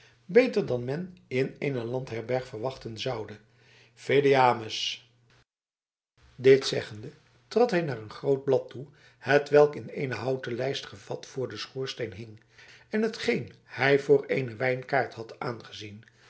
beter dan men in een landherberg verwachten zoude videamus dit zeggende trad hij naar een groot blad toe hetwelk in een houten lijst gevat voor den schoorsteen hing en hetgeen hij voor een wijnkaart had aangezien